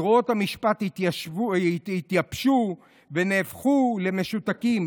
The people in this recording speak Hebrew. זרועות המשפט התייבשו, הם נהפכו למשותקים.